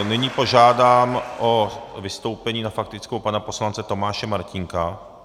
Nyní požádám o vystoupení na faktickou pana poslance Tomáše Martínka.